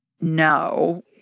No